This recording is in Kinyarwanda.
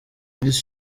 miss